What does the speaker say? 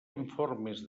informes